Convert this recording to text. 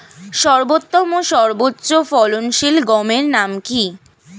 সর্বোত্তম ও উচ্চ ফলনশীল গমের নাম কি?